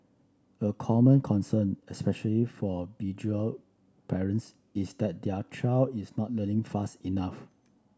a common concern especially for parents is that their child is not learning fast enough